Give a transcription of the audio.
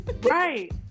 Right